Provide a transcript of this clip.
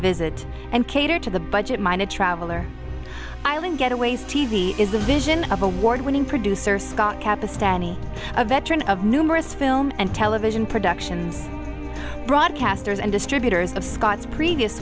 visit and cater to the budget minded traveller island getaways is the vision of award winning producer a veteran of numerous film and television productions broadcasters and distributors of scott's previous